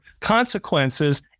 consequences